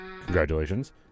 congratulations